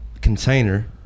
container –